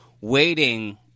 waiting